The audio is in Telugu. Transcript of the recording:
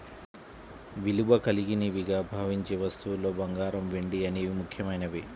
విలువ కలిగినవిగా భావించే వస్తువుల్లో బంగారం, వెండి అనేవి ముఖ్యమైనవి